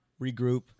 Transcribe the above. regroup